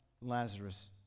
Lazarus